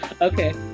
Okay